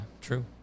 true